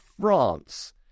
france